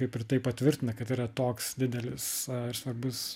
kaip ir tai patvirtina kad yra toks didelis ir svarbus